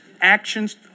actions